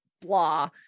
blah